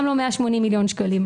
גם לא 180 מיליון שקלים.